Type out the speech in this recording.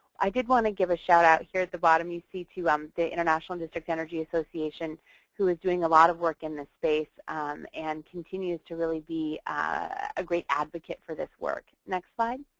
i did want to give a shout out here at the bottom you see too um the international and district energy association who is doing a lot of work in the space and continues to really be a great advocate for this work. next slide.